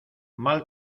mal